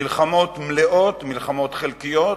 מלחמות מלאות ומלחמות חלקיות,